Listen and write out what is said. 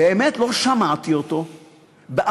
באמת, לא שמעתי אותו באמירה